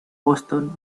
boston